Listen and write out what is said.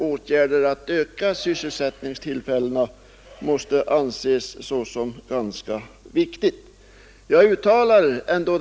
Åtgärder för att öka sysselsättningstillfällena måste anses som ganska angelägna.